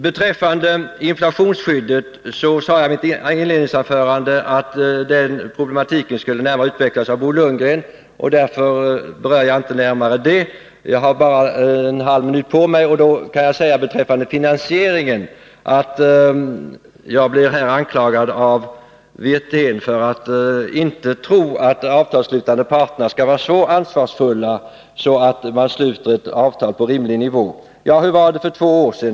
Beträffande inflationsskyddet sade jag i mitt inledande anförande att den problematiken skulle utvecklas närmare av Bo Lundgren. Därför berör jag inte den frågan närmare nu. Jag har bara en halv minut på mig ytterligare, och då kan jag beträffande finansieringen säga: Jag blev anklagad av Rolf Wirtén för att inte tro att de avtalsslutande parterna skulle vara så ansvarsfulla att man sluter ett avtal på rimlig nivå. Ja, hur var det för två år sedan?